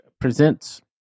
Presents